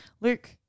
Luke